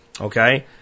Okay